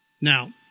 Now